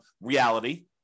reality